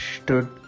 stood